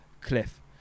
cliff